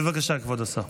בבקשה, כבוד השר.